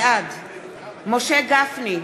בעד משה גפני,